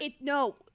No